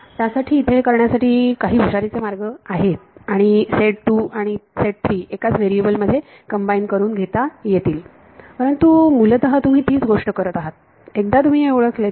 त्यासाठी इथे हे करण्यासाठी त्याबद्दल काही हुशारीचे मार्ग आहेत आणि सेट 2 व सेट 3 एकाच व्हेरिएबल मध्ये कंबाईन करून घेता येतील परंतु मूलतः तुम्ही तीच गोष्ट करत आहात एकदा तुम्ही हे ओळखलेत की